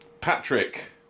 Patrick